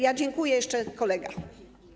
Ja dziękuję, jeszcze kolega.